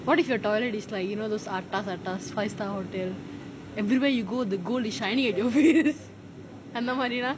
what if your toilet is like you know those atas atas five star hotel everywhere you go the gold is shining at you அந்த மாரினா:antha maarinaa